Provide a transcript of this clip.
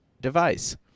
device